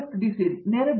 Pratap Haridoss D